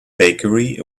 bakery